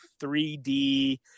3d